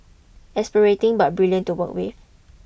exasperating but brilliant to work with